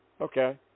Okay